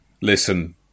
listen